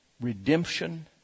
redemption